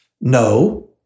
No